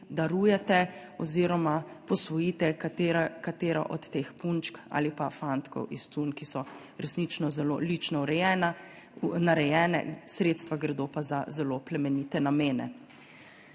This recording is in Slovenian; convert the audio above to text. darujete oziroma posvojite katero od teh punčk ali fantkov iz cunj, ki so resnično zelo lično narejeni, sredstva gredo pa za zelo plemenite namene.